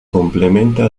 complementa